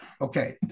Okay